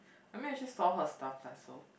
I mean I just saw her stuff lah so